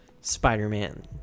spider-man